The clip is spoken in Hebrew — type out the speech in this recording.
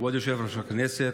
כבוד יושב-ראש הכנסת,